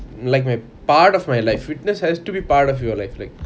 like my part of my life fitness has to be part of your life like